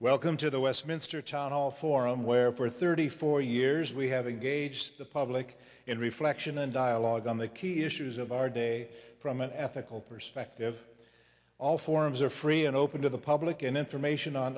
welcome to the westminster town hall forum where for thirty four years we have a gauge the public in reflection and dialogue on the key issues of our day from an ethical perspective all forms are free and open to the public and information on